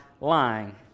lying